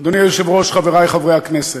אדוני היושב-ראש, חברי חברי הכנסת,